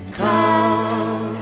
come